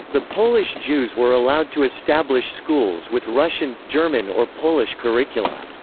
the polish jews were allowed to establish schools with russian, german or polish curricula.